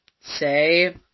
say